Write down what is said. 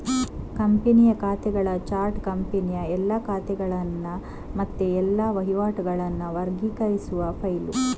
ಕಂಪನಿಯ ಖಾತೆಗಳ ಚಾರ್ಟ್ ಕಂಪನಿಯ ಎಲ್ಲಾ ಖಾತೆಗಳನ್ನ ಮತ್ತೆ ಎಲ್ಲಾ ವಹಿವಾಟುಗಳನ್ನ ವರ್ಗೀಕರಿಸುವ ಫೈಲು